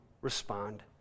respond